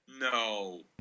No